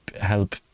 help